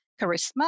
charisma